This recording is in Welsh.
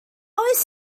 oes